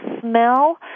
smell